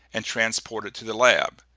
and transport it to the lab,